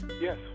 Yes